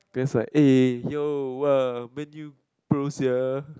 Glen is like eh yo !wah! Man-U pro sia